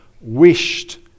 wished